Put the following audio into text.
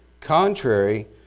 contrary